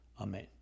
Amen